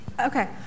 Okay